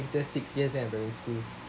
spent there six years eh primary school